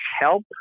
help